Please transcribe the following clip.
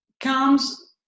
comes